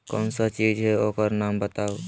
कौन सा चीज है ओकर नाम बताऊ?